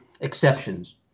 exceptions